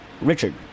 Richard